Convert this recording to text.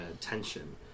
tension